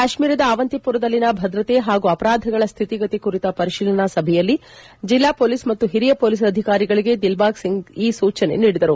ಕಾಶ್ಮೀರದ ಆವಂತಿಮರದಲ್ಲಿನ ಭದ್ರತೆ ಹಾಗೂ ಅಪರಾಧಗಳ ಶ್ವಿತಿಗತಿ ಕುರಿತ ಪರಿಶೀಲನಾ ಸಭೆಯಲ್ಲಿ ಜಿಲ್ಲಾ ಪೊಲೀಸ್ ಮತ್ತು ಹಿರಿಯ ಮೊಲೀಸ್ ಅಧಿಕಾರಿಗಳಿಗೆ ದಿಲ್ಬಾಗ್ ಸಿಂಗ್ ಈ ಸೂಚನೆ ನೀಡಿದರು